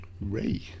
ray